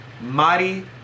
Mari